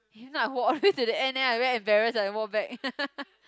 if not I walk all the way to the end then I very embarrass when I walk back